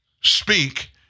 speak